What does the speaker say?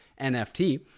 NFT